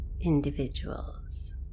individuals